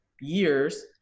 years